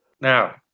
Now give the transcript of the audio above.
now